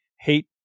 hate